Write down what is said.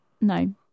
No